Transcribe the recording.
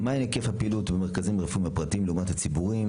מהו היקף הפעילות במרכזים הרפואיים הפרטיים לעומת הציבוריים?